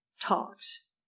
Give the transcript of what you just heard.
talks